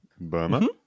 Burma